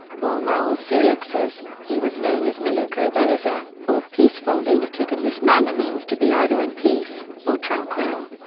born raul seixas, he was known as maluco beleza or peaceful lunatic in this manner means to be either in peace or tranquil.